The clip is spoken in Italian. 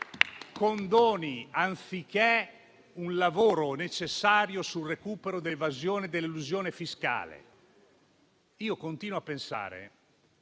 condoni, anziché un lavoro necessario sul recupero dell'evasione e dell'elusione fiscale. Io continuo a pensare